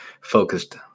focused